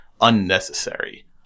unnecessary